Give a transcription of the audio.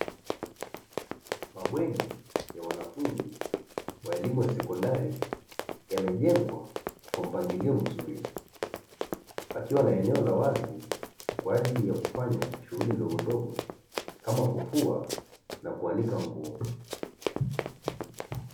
Mabweni ya wanafunzi wa elimu ya sekondari, yamejengwa kwa mpangilio mzuri, yakiwa na eneo la wazi kwa ajili ya kufanya shughuli ndogondogo kama kufua na kuanika nguo.